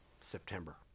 September